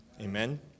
Amen